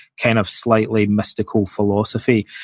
kind of slightly mystical philosophy,